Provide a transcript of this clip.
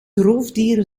roofdier